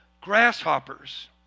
grasshoppers